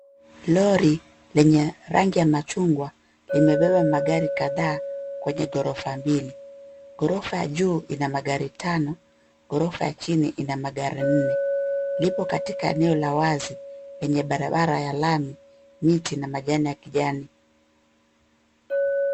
Lori lenye rangi ya machungwa limebeba magari kadhaa kwenye ghorofa mbili. Ghorofa ya juu ina magari tano, ghorofa ya chini ina magari nne. Lipo katika eneo la wazi, lenye barabara ya lami, miti na majani ya kijani.